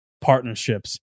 partnerships